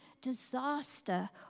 disaster